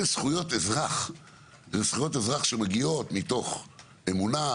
מדובר על זכויות אזרח שמגיעות לו מתוך האמונה,